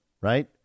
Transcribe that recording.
right